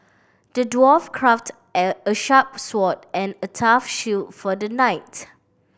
the dwarf crafted at a sharp sword and a tough shield for the knight